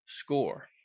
score